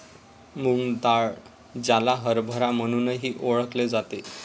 मूग डाळ, ज्याला हरभरा म्हणूनही ओळखले जाते